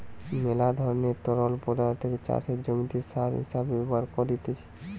মেলা ধরণের তরল পদার্থকে চাষের জমিতে সার হিসেবে ব্যবহার করতিছে